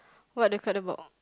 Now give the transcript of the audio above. what the card about